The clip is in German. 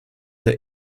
der